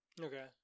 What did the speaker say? okay